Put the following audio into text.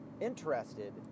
interested